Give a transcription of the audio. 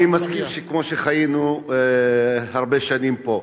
אני מסכים שכמו שחיינו הרבה שנים פה.